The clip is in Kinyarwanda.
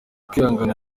kwihangana